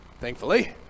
Thankfully